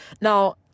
Now